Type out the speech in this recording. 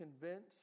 convinced